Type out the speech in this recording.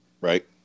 right